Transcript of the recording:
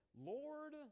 Lord